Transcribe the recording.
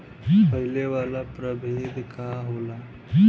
फैले वाला प्रभेद का होला?